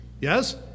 Yes